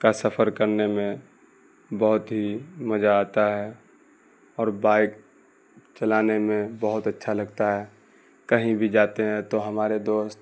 کا سفر کرنے میں بہت ہی مزہ آتا ہے اور بائک چلانے میں بہت اچھا لگتا ہے کہیں بھی جاتے ہیں تو ہمارے دوست